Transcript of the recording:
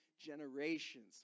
generations